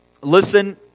listen